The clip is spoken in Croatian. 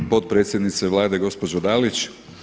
Potpredsjednice Vlade gospođo Dalić.